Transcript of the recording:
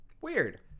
Weird